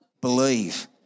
Believe